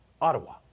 Ottawa